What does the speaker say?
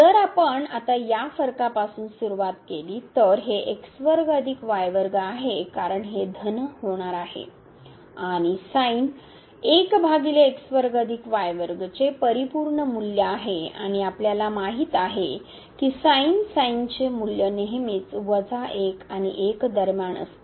जर आपण आता या फरकापासून सुरुवात केली तर हे आहे कारण हे धन होणार आहे आणि चे परिपूर्ण मूल्य आहे आणि आपल्याला माहित आहे की चे मूल्य नेहमीच 1 आणि 1 दरम्यान असते